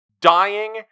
dying